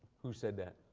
who said that?